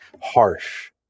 harsh